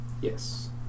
Yes